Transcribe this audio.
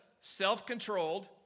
self-controlled